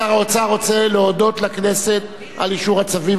שר האוצר רוצה להודות לכנסת על אישור הצווים.